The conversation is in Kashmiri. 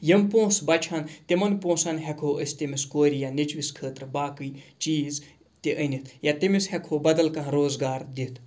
یِم پونٛسہٕ بَچھہَن تِمَن پونٛسَن ہٮ۪کو أسۍ تٔمِس کورِ یا نیٚچوِس خٲطرٕ باقٕے چیٖز تہِ أنِتھ یا تٔمِس ہٮ۪کٕہَو بدل کانٛہہ روزگار دِتھ